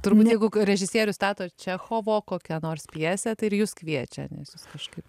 turbūt jeigu režisierius stato čechovo kokią nors pjesę tai ir jus kviečia nes jūs kažkaip